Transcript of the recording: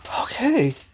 okay